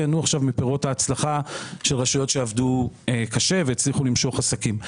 ייהנו עכשיו מפירות ההצלחה של רשויות שעבדו קשה והצליחו למשוך עסקים.